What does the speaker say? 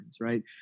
right